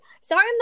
sorry